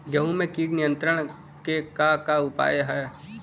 गेहूँ में कीट नियंत्रण क का का उपाय ह?